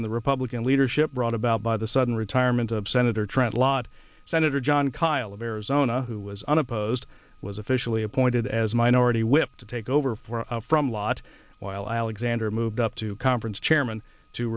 in the republican leadership brought about by the sudden retirement of senator trent lott senator jon kyl of arizona who was unopposed was officially appointed as minority whip to take over for a from lot while alexander moved up to conference chairman to